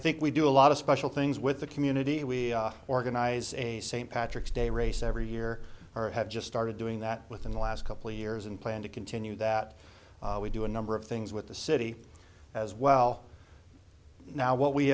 think we do a lot of special things with the community we organize a st patrick's day race every year or have just started doing that within the last couple years and plan to continue that we do a number of things with the city as well now what we